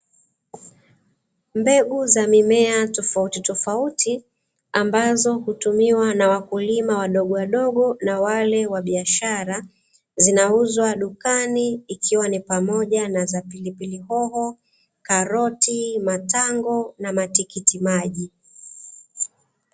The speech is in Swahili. Mbegu za mimea tofautitofauti, ambazo hutumiwa na wakulima wadogo wadogo na wale wa biashara; zinauzwa dukani ikiwa ni pamoja na za pilipili hoho, karoti, matango na matikiti maji.